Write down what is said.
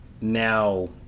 Now